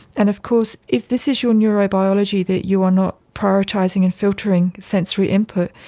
and of course if this is your neurobiology, that you are not prioritising and filtering sensory input,